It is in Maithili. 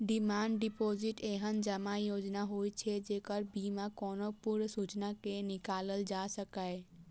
डिमांड डिपोजिट एहन जमा योजना होइ छै, जेकरा बिना कोनो पूर्व सूचना के निकालल जा सकैए